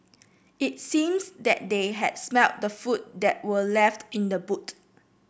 it seems that they had smelt the food that were left in the boot